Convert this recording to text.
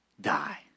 die